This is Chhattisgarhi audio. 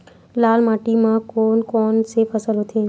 लाल माटी म कोन कौन से फसल होथे?